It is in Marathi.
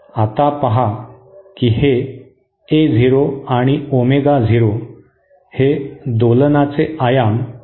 आता पहा की हे ए झिरो आणि ओमेगा झिरो हे दोलनाचे आयाम आणि वारंवारता आहेत